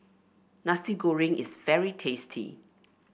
Nasi Goreng is very tasty